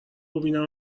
اینم